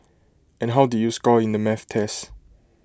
and how did you score in the math test